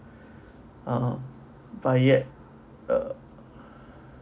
ah but yet uh